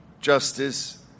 justice